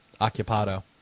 Occupado